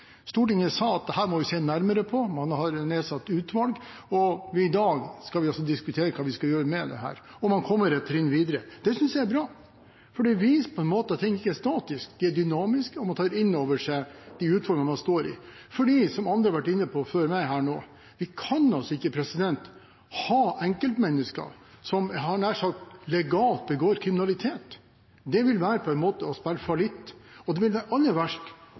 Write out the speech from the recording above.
Stortinget sa at dette måtte vi se nærmere på, man nedsatte utvalg, og i dag skal vi altså diskutere hva vi skal gjøre med dette – om man kommer et trinn videre. Det synes jeg er bra, for det viser på en måte at ting ikke er statiske, de er dynamiske, og man tar inn over seg de utfordringene man står i, fordi, som andre har vært inne på før meg her nå, vi kan altså ikke ha enkeltmennesker som – jeg hadde nær sagt – legalt begår kriminalitet. Det ville på en måte være å spille fallitt, og det ville være aller verst